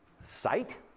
sight